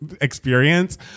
experience